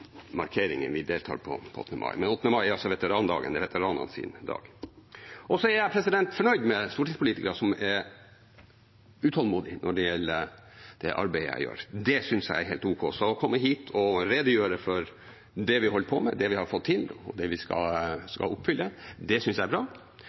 Men 8. mai er altså veterandagen, det er veteranenes dag. Så er jeg fornøyd med stortingspolitikere som er utålmodige når det gjelder det arbeidet jeg gjør. Det synes jeg er helt ok, så å komme hit og redegjøre for det vi holder på med, det vi har fått til, og det vi skal